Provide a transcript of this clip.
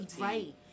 Right